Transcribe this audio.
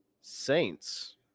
Saints